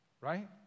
Right